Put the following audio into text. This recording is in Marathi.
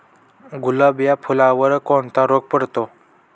गुलाब या फुलावर कोणता रोग पडतो?